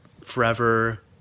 forever